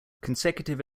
consecutive